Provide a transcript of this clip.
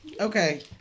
Okay